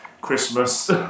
Christmas